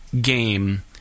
game